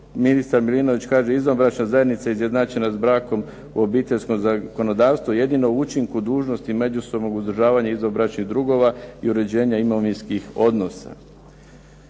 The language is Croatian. ministar Milinović kaže "Izvanbračna zajednica izjednačena s brakom u obiteljskom zakonodavstvu, jedinu učinku dužnosti međusobnog uzdržavanja izvanbračnih drugova i uređenje imovinskih odnosa".